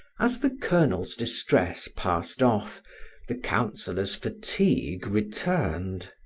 as the colonel's distress passed off the councillor's fatigue returned.